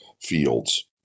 fields